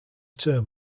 term